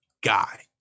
guy